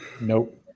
Nope